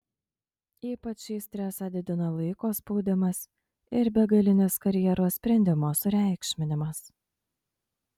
ypač šį stresą didina laiko spaudimas ir begalinis karjeros sprendimo sureikšminimas